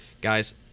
guys